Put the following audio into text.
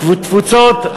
תפוצות.